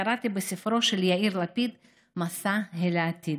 קראתי בספרו של יאיר לפיד "מסע אל העתיד".